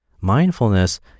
mindfulness